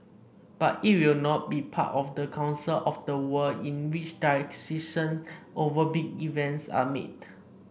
but it will not be part of the council of the world in which decisions over big events are made